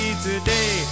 Today